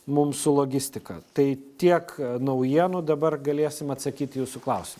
mums su logistika tai tiek naujienų dabar galėsim atsakyti į jūsų klausim